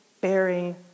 bearing